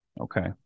Okay